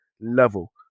level